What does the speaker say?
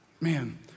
Man